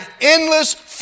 endless